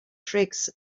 tricks